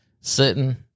sitting